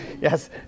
Yes